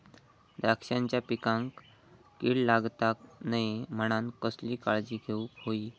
द्राक्षांच्या पिकांक कीड लागता नये म्हणान कसली काळजी घेऊक होई?